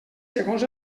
segons